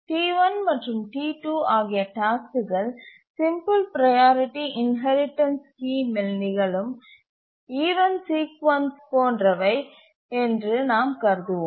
T1 மற்றும் T2 ஆகிய டாஸ்க்குகள் சிம்பிள் ப்ரையாரிட்டி இன்ஹெரிடன்ஸ் ஸ்கீமில் நிகழும் ஈவண்ட் சீக்குவன்ஸ் போன்றவை என்று நாம் கருதுவோம்